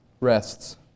rests